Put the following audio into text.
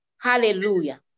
Hallelujah